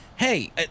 Hey